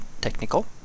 technical